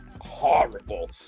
horrible